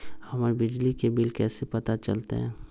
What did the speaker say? हमर बिजली के बिल कैसे पता चलतै?